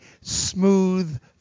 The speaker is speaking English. smooth